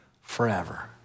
forever